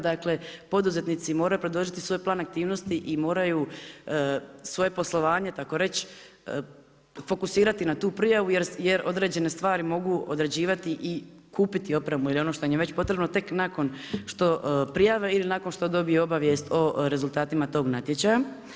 Dakle poduzetnici moraju predložiti svoj plan aktivnosti i moraju svoje poslovanje tako reći fokusirati na tu prijavu jer određene stvari mogu određivati i kupiti opremu ili ono što im je već potrebno tek nakon što prijave ili nakon što dobiju obavijest o rezultatima tog natječaja.